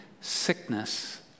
sickness